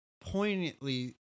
poignantly